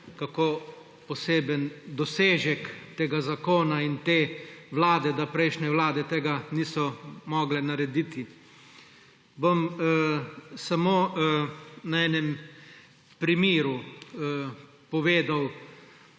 kako poseben dosežek tega zakona in te vlade, da prejšnje vlade tega niso mogle narediti. Bom samo na enem primeru povedal,